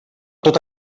tot